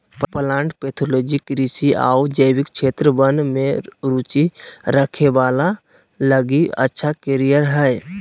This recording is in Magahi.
प्लांट पैथोलॉजी कृषि आऊ जैविक क्षेत्र वन में रुचि रखे वाला लगी अच्छा कैरियर हइ